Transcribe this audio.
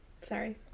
Sorry